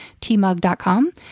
tmug.com